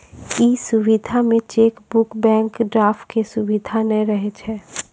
इ सुविधा मे चेकबुक, बैंक ड्राफ्ट के सुविधा नै रहै छै